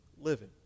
living